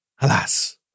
Alas